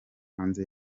hanze